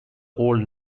old